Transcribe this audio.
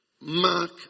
Mark